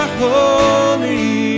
holy